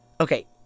Okay